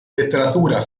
letteratura